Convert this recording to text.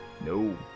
no